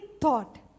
thought